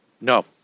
No